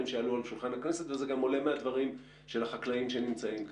שעלו על שולחן הכנסת וזה גם עולה מהדברים של החקלאים שנמצאים כאן.